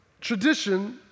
tradition